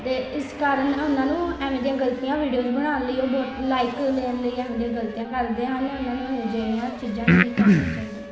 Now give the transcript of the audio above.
ਅਤੇ ਇਸ ਕਾਰਨ ਓਹਨਾਂ ਨੂੰ ਇਵੇਂ ਦੀਆਂ ਗਲਤੀਆਂ ਵੀਡੀਓਜ਼ ਬਣਾਉਣ ਲਈ ਓਹ ਬਹੁਤ ਲਾਇਕ ਲੈਣ ਲਈ ਇਹੋ ਜਿਹੀਆਂ ਗਲਤੀਆਂ ਕਰਦੇ ਹਨ ਓਹਨਾਂ ਨੂੰ ਅਜਿਹੀਆਂ ਚੀਜ਼ਾਂ ਨਹੀਂ ਕਰਨੀਆਂ ਚਾਹੀਦੀਆਂ